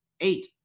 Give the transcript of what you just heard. eight